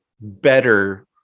better